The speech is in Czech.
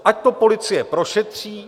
Ať to policie prošetří.